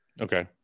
okay